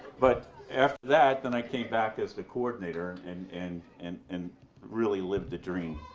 but after that, then i came back as the coordinator and and and and really lived a dream.